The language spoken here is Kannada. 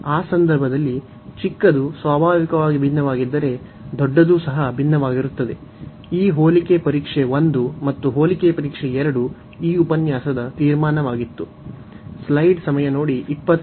ಆ ಸಂದರ್ಭದಲ್ಲಿ ಚಿಕ್ಕದು ಸ್ವಾಭಾವಿಕವಾಗಿ ಭಿನ್ನವಾಗಿದ್ದರೆ ದೊಡ್ಡದೂ ಸಹ ಭಿನ್ನವಾಗಿರುತ್ತದೆ ಈ ಹೋಲಿಕೆ ಪರೀಕ್ಷೆ 1 ಮತ್ತು ಹೋಲಿಕೆ ಪರೀಕ್ಷೆ 2 ಈ ಉಪನ್ಯಾಸದ ತೀರ್ಮಾನವಾಗಿತ್ತು